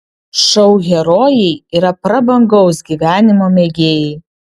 šou herojai yra prabangaus gyvenimo mėgėjai